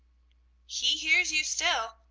he hears you still,